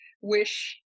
wish